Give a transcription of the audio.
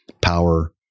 power